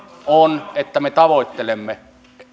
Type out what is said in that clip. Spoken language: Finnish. on se että me tavoittelemme